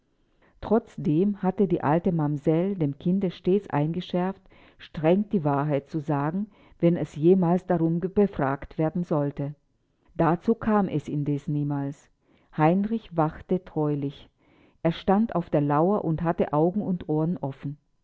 trotzdem hatte die alte mamsell dem kinde stets eingeschärft streng die wahrheit zu sagen wenn es jemals darum befragt werden sollte dazu kam es indes niemals heinrich wachte treulich er stand auf der lauer und hatte augen und ohren offen